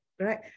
right